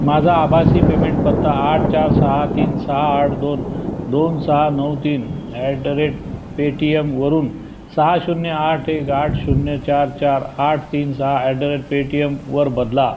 माझा आभासी पेमेंट पत्ता आठ चार सहा तीन सहा आठ दोन दोन सहा नऊ तीन ॲट द रेट पे टी एमवरून सहा शून्य आठ एक आठ शून्य चार चार आठ तीन सहा ॲट द रेट पे टी एमवर बदला